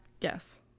Yes